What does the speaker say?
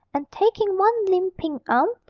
and, taking one limp pink arm,